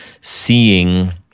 seeing